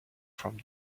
from